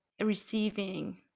receiving